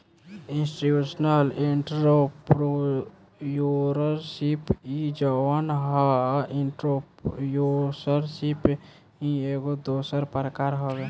institutional entrepreneurship इ जवन ह एंटरप्रेन्योरशिप के ही एगो दोसर प्रकार हवे